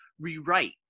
rewrite